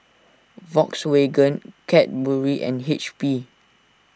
Volkswagen Cadbury and H P